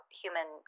human